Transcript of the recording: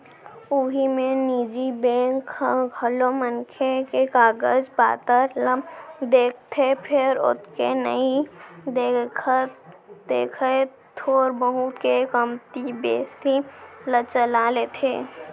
उही मेर निजी बेंक ह घलौ मनखे के कागज पातर ल देखथे फेर ओतेक नइ देखय थोर बहुत के कमती बेसी ल चला लेथे